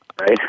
right